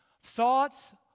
thoughts